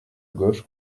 gauche